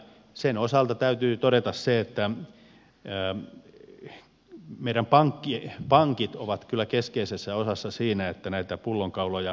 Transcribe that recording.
sen osalta täytyy todeta se että meidän pankit ovat kyllä keskeisessä osassa siinä että näitä pullonkauloja voitaisiin purkaa